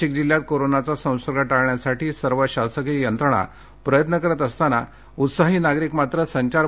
नाशिक जिल्ह्यात कोरोनाचा संसर्ग टाळण्यासाठी सर्व शासकिय यंत्रणा प्रयत्न करीत असताना उत्साही नागरीक मात्र संचारबदीचे पालन करीत नाही